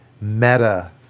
meta